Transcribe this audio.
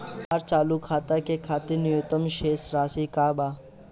हमार चालू खाता के खातिर न्यूनतम शेष राशि का बा?